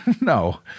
No